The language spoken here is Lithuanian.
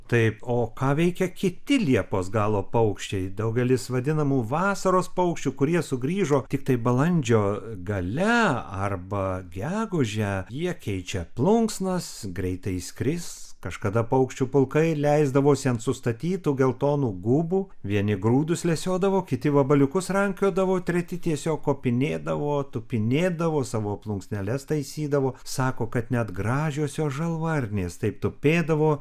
taip o ką veikia kiti liepos galo paukščiai daugelis vadinamų vasaros paukščių kurie sugrįžo tiktai balandžio gale arba gegužę jie keičia plunksnas greitai išskris kažkada paukščių pulkai leisdavosi ant sustatytų geltonų gubų vieni grūdus lesiodavo kiti vabaliukus rankiodavo treti tiesiog kopinėdavo tupinėdavo savo plunksneles taisydavo sako kad net gražiosios žalvarnės taip tupėdavo